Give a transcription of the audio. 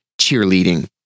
cheerleading